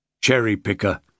Cherry-picker